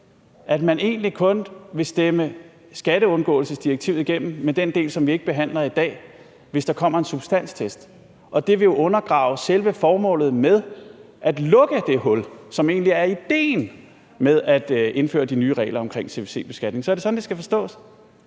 at man egentlig kun vil stemme skatteundgåelsesdirektivet igennem med den del, som vi ikke behandler i dag, hvis der kommer en substanstest. Og det vil jo undergrave selve formålet med at lukke det hul, som egentlig er idéen med at indføre de nye regler om CFC-beskatning. Så er det sådan, det skal forstås?